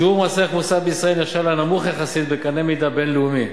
שיעור מס ערך מוסף בישראל נחשב לנמוך יחסית בקנה-מידה בין-לאומי,